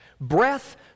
breath